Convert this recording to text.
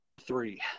three